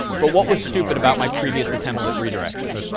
but what was stupid about my previous attempts of redirection?